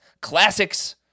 classics